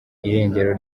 irengero